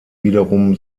wiederum